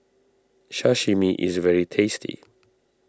Sashimi is very tasty